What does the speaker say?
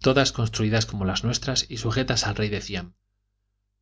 todas construidas como las nuestras y sujetas al rey de ciam